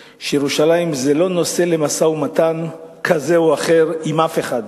שירושלים זה לא נושא למשא-ומתן כזה או אחר עם אף אחד.